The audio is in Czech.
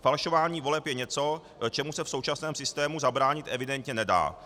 Falšování voleb je něco, čemu se v současném systému zabránit evidentně nedá.